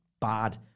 bad